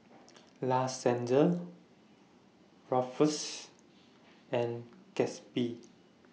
La Senza Ruffles and Gatsby